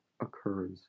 occurs